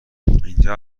اینجا